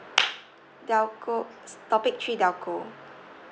telco topic three telco